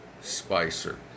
Spicer